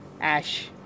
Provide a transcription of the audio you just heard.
Ash